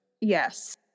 Yes